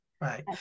Right